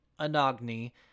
Anagni